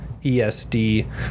ESD